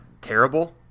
terrible